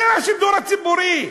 זה השידור הציבורי,